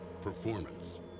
Performance